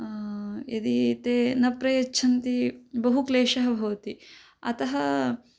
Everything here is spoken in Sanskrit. यदी ते न प्रयच्छन्ति बहुक्लेशः भवति अतः